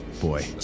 Boy